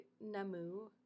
Namu